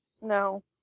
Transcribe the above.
No